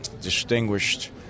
distinguished